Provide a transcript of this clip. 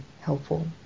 helpful